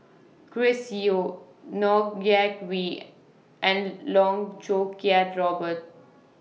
Chris Yeo Ng Yak Whee and Loh Choo Kiat Robert